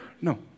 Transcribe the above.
No